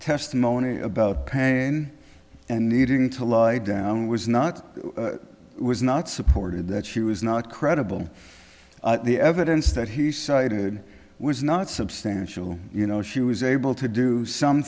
testimony about pain and needing to lie down was not was not supported that she was not credible the evidence that he cited was not substantial you know she was able to do some